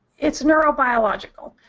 it's neurobiological.